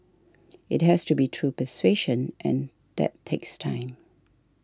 it has to be through persuasion and that takes time